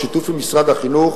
בשיתוף עם משרד החינוך,